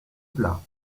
plat